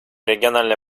региональное